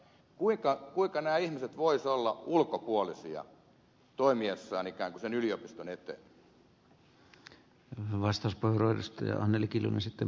kuinka nämä ihmiset voisivat olla ulkopuolisia toimiessaan ikään kuin sen yliopiston eteen